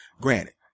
granted